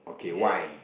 yes